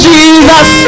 Jesus